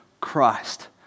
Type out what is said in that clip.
Christ